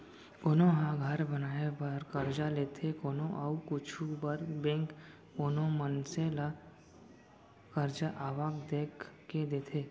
कोनो ह घर बनाए बर करजा लेथे कोनो अउ कुछु बर बेंक कोनो मनसे ल करजा आवक देख के देथे